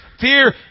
Fear